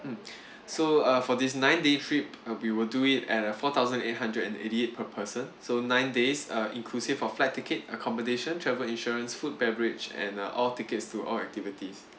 mm so uh for this nine day trip uh we will do it at uh four thousand eight hundred and eighty eight per person so nine days uh inclusive of flight ticket accommodation travel insurance food beverage and uh all tickets to all activities